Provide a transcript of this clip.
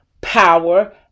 power